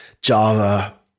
Java